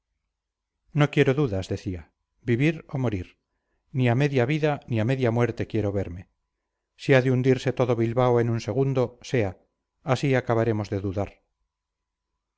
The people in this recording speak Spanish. no quiero dudas decía vivir o morir ni a media vida ni a media muerte quiero verme si ha de hundirse todo bilbao en un segundo sea así acabaremos de dudar